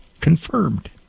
confirmed